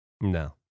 No